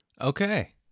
Okay